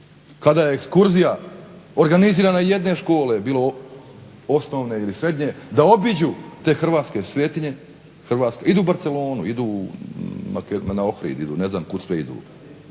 Kada je ekskurzija organizirana jedne škole bilo osnovne ili srednje da obiđu te hrvatske svetinje? Idu u Barcelonu idu na Ohrid i ne znam kud sve idu